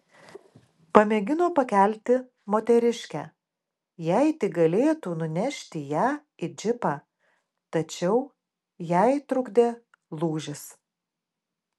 pamėgino pakelti moteriškę jei tik galėtų nunešti ją į džipą tačiau jai trukdė lūžis